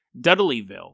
Dudleyville